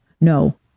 No